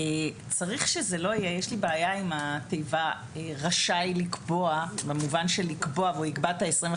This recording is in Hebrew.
יש לי בעיה עם התיבה "רשאי לקבוע" במובן של לקבוע והוא יקבע את ה-25,